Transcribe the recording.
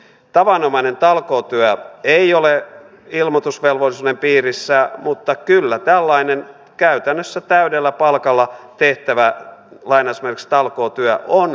tavanomainen talkootyö ei ole ilmoitusvelvollisuuden piirissä mutta kyllä tällainen käytännössä täydellä palkalla tehtävä talkootyö on vaalitukea